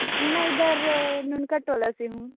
जी मैं इधर नुनका ट्रोलर से हूँ